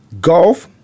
golf